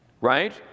right